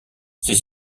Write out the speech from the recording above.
ses